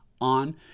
on